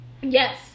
yes